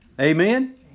Amen